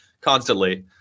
constantly